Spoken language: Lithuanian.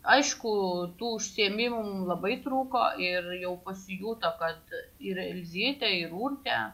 aišku tų užsiėmimų labai trūko ir jau pasijuto kad ir elzytė ir urtė